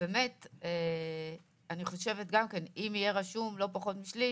אני חושבת שאם יהיה רשום לא פחות משליש,